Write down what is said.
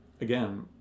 again